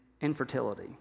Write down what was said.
infertility